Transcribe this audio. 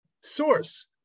source